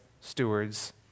stewards